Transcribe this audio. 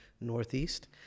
Northeast